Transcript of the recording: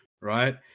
right